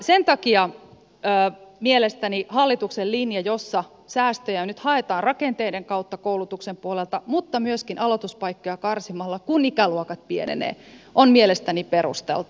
sen takia mielestäni hallituksen linja jossa säästöjä nyt haetaan rakenteiden kautta koulutuksen puolelta mutta myöskin aloituspaikkoja karsimalla kun ikäluokat pienenevät on mielestäni perusteltu